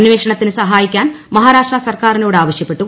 അന്വേഷണത്തിന് സഹായിക്കാൻ മഹാരാഷ്ട്ര സർക്കാരിനോട് ആവശ്യപ്പെട്ടു